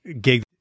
gig